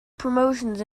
promotions